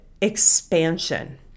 expansion